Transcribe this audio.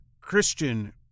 Christian